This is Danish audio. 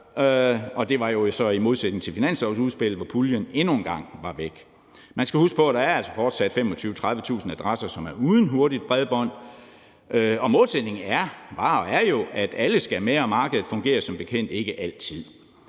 og det står jo så i modsætning til finanslovsudspillet, hvor puljen endnu engang var væk. Man skal huske på, at der altså fortsat er 25.000-30.000 adresser, som er uden hurtigt bredbånd, og målsætningen var og er jo, at alle skal med, og markedet fungerer som bekendt ikke altid.